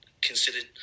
considered